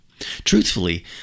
Truthfully